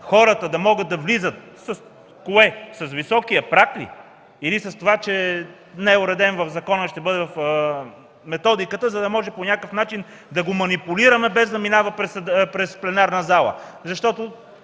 хората да могат да влизат. С кое? С високия праг ли, или с това, че не е уреден в закона, а ще бъде в методиката, за да може по някакъв начин да го манипулираме, без да минава през пленарната зала, защото